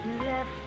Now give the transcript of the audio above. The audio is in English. Left